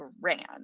grand